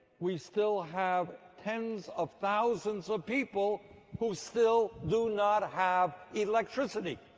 we still have ten s of thousands of people who still do not have electricity.